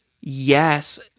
yes